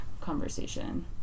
conversation